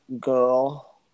girl